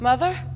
Mother